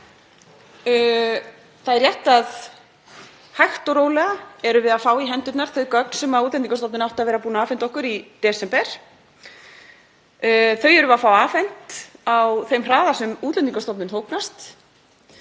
Það er rétt að hægt og rólega erum við að fá í hendurnar þau gögn sem Útlendingastofnun átti að vera búin að afhenda okkur í desember. Þau erum við að fá afhent á þeim hraða sem Útlendingastofnun þóknast.